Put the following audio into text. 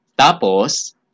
Tapos